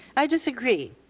i disagree.